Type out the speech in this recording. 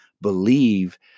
believe